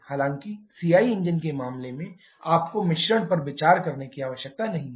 हालांकि CI engine के मामले में आपको मिश्रण पर विचार करने की आवश्यकता नहीं है